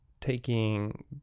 taking